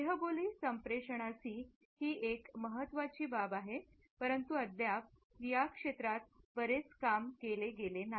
देहबोली संप्रेषणाची ही एक महत्वाची बाब आहे परंतु अद्याप या क्षेत्रात बरेच काम केले गेले नाही